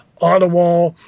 Ottawa